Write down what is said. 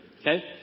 Okay